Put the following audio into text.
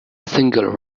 single